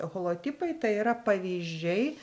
holotipai tai yra pavyzdžiai